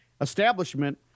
Establishment